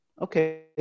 Okay